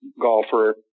golfer